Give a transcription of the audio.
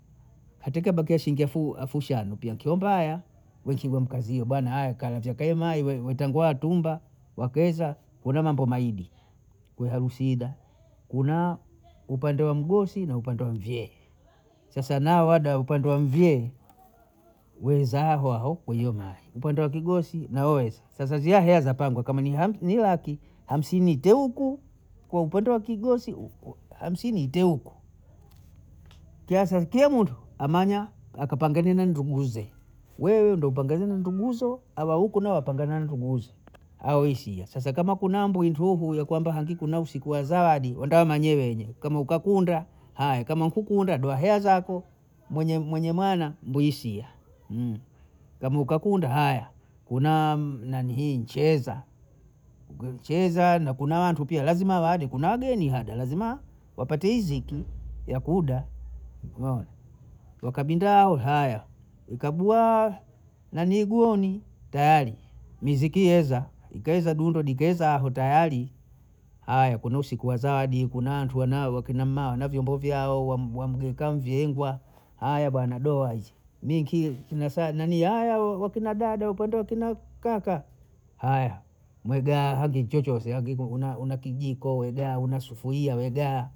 Hata ka bakia shiingi efu- efu shadu pia nkio mbaya, wenkiga mkazie bana aya kalate kaima ivyovyo tangu atumba, wakweza una mambo maidi kuyahu sida, kuna upande wa mgosi na upande wa mvyee, sasa na wada upande wa mvyee waoza hwao kwenye mayi, upande wa kigosi nawe sasa, sasa ziye heya za pango kama ni hauku ni laki, hamsini ite huku kwa upande wa kigosi hamsini ite huku, kiasa ke mntu amanya akupanganini na nduguze we uyu upange ninduguzo hawa huku mi wapanga na nduguzo awoashia, sasa kama kuna mbwi intuhu ya kwamba hangi kuna usiku wa zawadi wenda manyewenye kama ukakunda haya kama nkukunda do haya zako, mwenye mwenye mwana ndishiya, kama ukakunda haya kuna kuna nanihii ncheza kucheza na kuna wantu pia lazima wade kuna wageni hada lazima wapate yiziki yakuda umeona, wakabinda aho aya, ukabwaa na miguuni tayari, miziki yeza ikaeza dundo di ikaeza aho tayari, aya kuna usiku wa zawadi, kuna wantu wana kina mama wana vyombo vyao wamgeka mvyeengwa aya bana boazi, minki kinyasaa nanii haowawo wakina baba wapenda kina kaka, aya mwigee hanguna chochose hangi una kijiko wegaha, una sufuyia wegaha